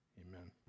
Amen